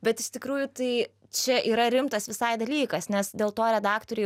bet iš tikrųjų tai čia yra rimtas visai dalykas nes dėl to redaktoriai